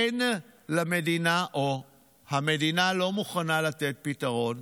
אין למדינה, או המדינה לא מוכנה לתת פתרון.